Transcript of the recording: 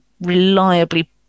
reliably